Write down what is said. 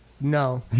no